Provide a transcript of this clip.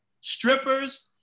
strippers